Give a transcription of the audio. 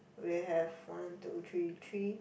we have one two three three